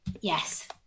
Yes